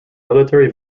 military